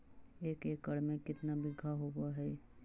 एक एकड़ में केतना बिघा होब हइ?